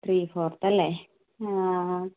three fourth അല്ലേ ആ